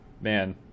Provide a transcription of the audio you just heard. man